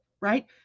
right